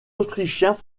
autrichiens